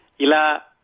Ila